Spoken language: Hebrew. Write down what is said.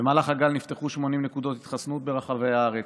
במהלך הגל נפתחו 80 נקודות התחסנות ברחבי הארץ,